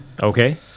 Okay